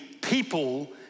people